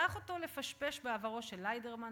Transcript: שלח אותו לפשפש בעברו של ליידרמן.